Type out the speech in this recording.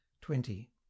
twenty